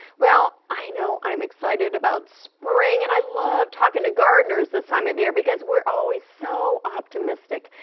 well, i know i am excited about spring, and i love talking to gardeners this time of year because we are always so optimistic.